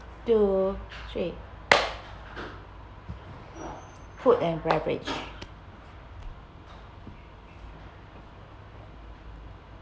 two three food and beverage